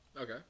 Okay